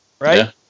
right